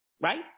Right